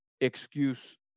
excuse